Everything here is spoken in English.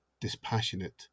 dispassionate